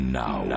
now